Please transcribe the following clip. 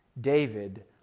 David